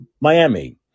Miami